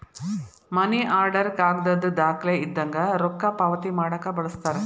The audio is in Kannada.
ಮನಿ ಆರ್ಡರ್ ಕಾಗದದ್ ದಾಖಲೆ ಇದ್ದಂಗ ರೊಕ್ಕಾ ಪಾವತಿ ಮಾಡಾಕ ಬಳಸ್ತಾರ